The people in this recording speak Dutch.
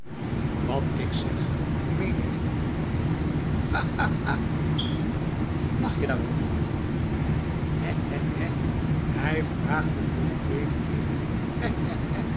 wat ik zeg meen ik ha ha ha ha lach je daarom hè hè hè hè hij vraagt me voor den tweeden keer